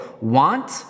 want